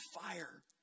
fire